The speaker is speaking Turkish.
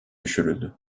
düşürüldü